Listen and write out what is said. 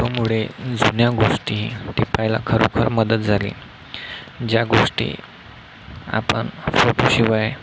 फोटोमुळे जुन्या गोष्टी टिपायला खरोखर मदत झाली ज्या गोष्टी आपण फोटो शिवाय